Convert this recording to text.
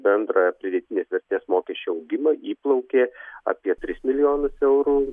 bendrą pridėtinės vertės mokesčio augimą įplaukė apie tris milijonus eurų